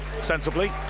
sensibly